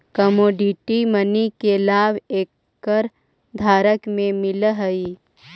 commodity money के लाभ एकर धारक के मिलऽ हई